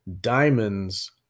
Diamonds